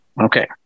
Okay